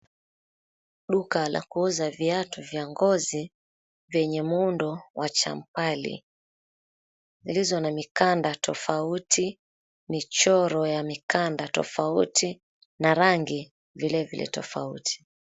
Duka la kuuza viatu vya ngozi vyenye muundo wa champali. Zilizo na mikanda tofauti, michoro ya mikanda tofauti na rangi vilevile tofauti.